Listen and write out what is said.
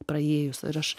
praėjus ir aš